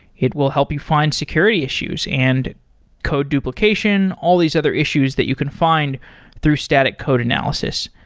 it will help you find security issues and code duplication, all these other issues that you can find through static code analysis.